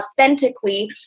authentically